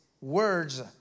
words